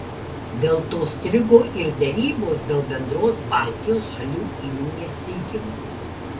dėl to strigo ir derybos dėl bendros baltijos šalių įmonės steigimo